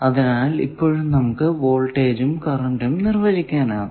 അതിനാൽ ഇപ്പോഴും നമുക്ക് വോൾട്ടേജും കറന്റും നിർവചിക്കാനാകും